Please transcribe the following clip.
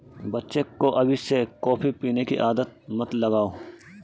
बच्चे को अभी से कॉफी पीने की आदत मत लगाओ